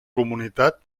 comunitat